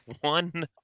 one